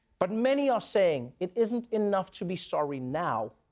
but many are saying it isn't enough to be sorry now,